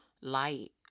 light